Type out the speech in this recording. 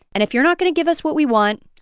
and if you're not going to give us what we want,